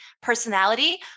personality